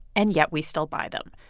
and yet we still buy them.